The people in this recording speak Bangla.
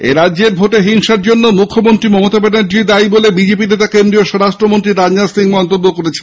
এরাজ্যে ভোটে হিংসার জন্য মুখ্যমন্ত্রী মমতা ব্যানার্জী ই দায়ী বলে বিজেপি নেতা কেন্দ্রীয় স্বরাষ্ট্র মন্ত্রী রাজনাথ সিং মন্তব্য করেছেন